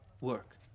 work